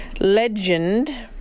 legend